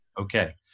Okay